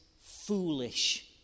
foolish